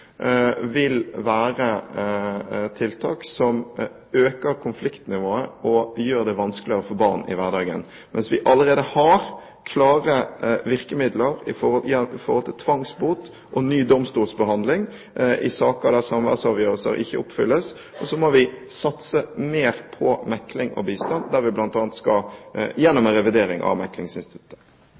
vil være tiltak som øker konfliktnivået og gjør det vanskeligere for barn i hverdagen. Vi har allerede klare virkemidler for tvangsbot og ny domstolsbehandling i saker der samværsavgjørelser ikke oppfylles, og så må vi satse mer på mekling og bistand, bl.a. gjennom revidering av meklingsinstituttet.